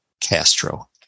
Castro